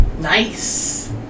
Nice